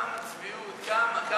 כמה צביעות, כמה.